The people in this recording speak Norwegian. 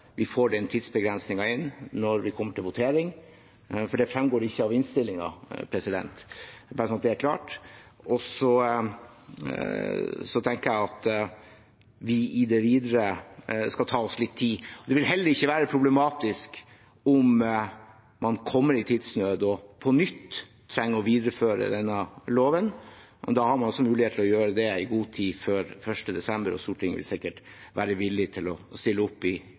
vi får inn den tidsbegrensningen når vi kommer til voteringen, for det fremgår ikke av innstillingen – bare sånn at det er klart. Så tenker jeg at vi i det videre skal ta oss litt tid. Det vil heller ikke være problematisk om man kommer i tidsnød og på nytt trenger å videreføre denne loven. Da har man mulighet til å gjøre det i god tid før 1. desember, og Stortinget vil sikkert være villig til å stille opp, i